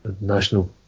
National